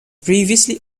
previously